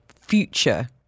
future